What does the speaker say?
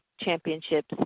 championships